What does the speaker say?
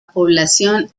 población